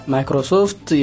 Microsoft